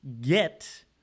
get